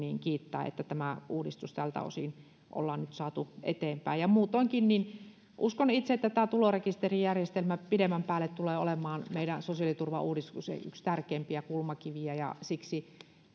kiittää että tämä uudistus tältä osin ollaan nyt saatu eteenpäin muutoinkin uskon itse että tämä tulorekisterijärjestelmä pidemmän päälle tulee olemaan meidän sosiaaliturvauudistuksemme yksi tärkeimpiä kulmakiviä ja siksi